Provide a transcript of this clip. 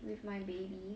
with my baby